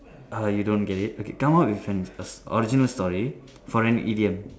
err you don't get it okay come up with an a original story for an idiom